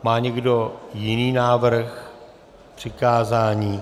Má někdo jiný návrh přikázání?